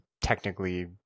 technically